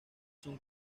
son